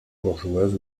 bourgeoises